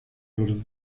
los